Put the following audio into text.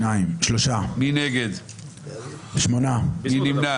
8 נגד, 1 נמנע.